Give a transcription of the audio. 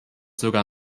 sogar